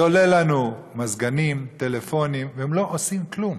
זה עולה לנו מזגנים, טלפונים, והם לא עושים כלום.